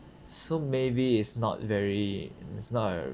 so maybe it's not very it's not a